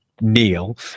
Neil